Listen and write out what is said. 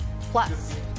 Plus